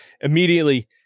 immediately